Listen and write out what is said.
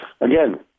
Again